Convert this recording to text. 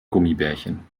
gummibärchen